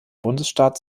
bundesstaat